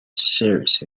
serious